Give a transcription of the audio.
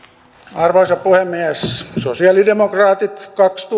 arvoisa puhemies sosialidemokraatit